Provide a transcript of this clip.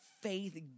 faith